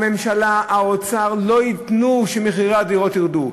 הממשלה, האוצר, לא ייתנו שמחירי הדירות ירדו.